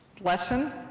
Lesson